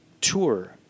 tour